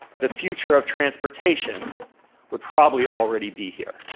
the future of transportation would probably already be here.